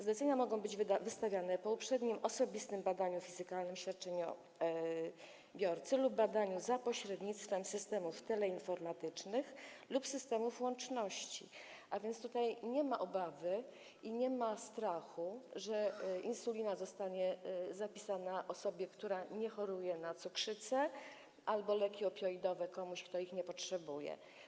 Zlecenia mogą być wystawiane po uprzednim osobistym badaniu fizykalnym świadczeniobiorcy lub badaniu za pośrednictwem systemów teleinformatycznych lub systemów łączności, a więc tutaj nie ma obawy i nie ma strachu, że insulina zostanie zapisana osobie, która nie choruje na cukrzycę, albo leki opioidowe komuś, kto ich nie potrzebuje.